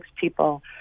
people